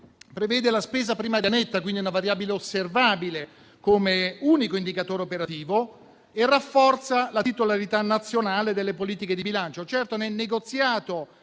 termine e la spesa primaria netta, quindi una variabile osservabile come unico indicatore operativo, e rafforza la titolarità nazionale delle politiche di bilancio. Certo, nel negoziato